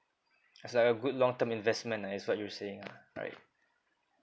it's like a good long term investment as what you were saying ah right